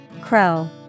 Crow